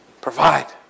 Provide